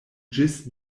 ĝis